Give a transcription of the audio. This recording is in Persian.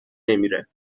نمیره